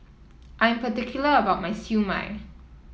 I am particular about my Siew Mai